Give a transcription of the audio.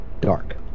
dark